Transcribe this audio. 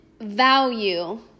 value